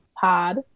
Pod